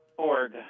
Org